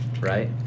right